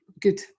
Good